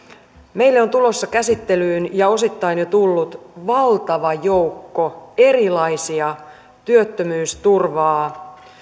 meille on tulossa käsittelyyn ja osittain jo tullut valtava joukko erilaisia työttömyysturvaa